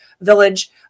village